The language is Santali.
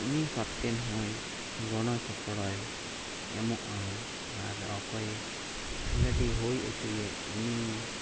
ᱩᱱᱤ ᱠᱮᱯᱴᱮᱱ ᱦᱚᱸᱭ ᱜᱚᱲᱚ ᱥᱚᱯᱲᱚᱭ ᱮᱢᱚᱜᱼᱟ ᱟᱨ ᱚᱠᱚᱭ ᱠᱷᱮᱞᱳᱰᱮ ᱦᱩᱭ ᱦᱚᱪᱚᱭᱮᱜ ᱩᱱᱤ